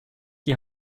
die